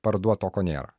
parduot to ko nėra